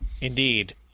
Indeed